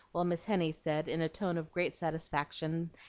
while miss henny said in a tone of great satisfaction,